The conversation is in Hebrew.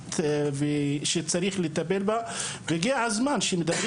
רצינית ושצריך לטפל בה והגיע הזמן שמדברים